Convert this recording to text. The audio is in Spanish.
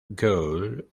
gould